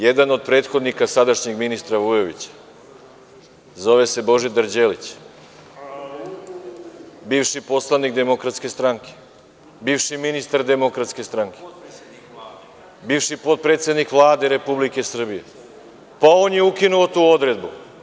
Jedan od prethodnika sadašnjeg ministra Vujovića, a zove se Božidar Ćelić, bivši poslanik DS, bivši ministar DS, bivši potpredsednik Vlade Republike Srbije, pa on je ukinuo tu odredbu.